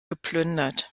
geplündert